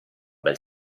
bel